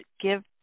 Give